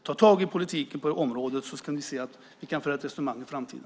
Ta tag i politiken på det här området så ska ni se att vi kan föra ett resonemang i framtiden!